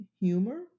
humor